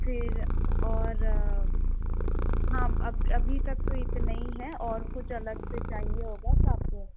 फिर और हाँ अब अभी तक तो इतना ही है और कुछ अलग से चाहिए होगा तो आप वो